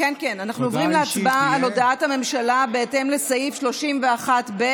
אנחנו עוברים להצבעה על הודעת הממשלה בהתאם לסעיף 31(ב)